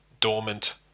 dormant